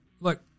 look